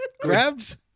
grabs